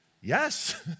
Yes